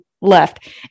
left